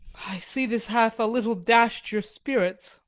i see this hath a little dash'd your spirits.